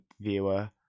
viewer